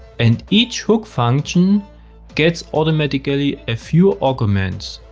and each hook function gets automatically a few arguments.